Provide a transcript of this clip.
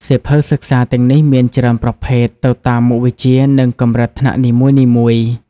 សៀវភៅសិក្សាទាំងនេះមានច្រើនប្រភេទ ទៅតាមមុខវិជ្ជា និងកម្រិតថ្នាក់នីមួយៗ។